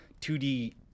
2D